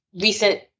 recent